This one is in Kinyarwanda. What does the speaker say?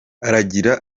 aragira